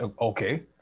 okay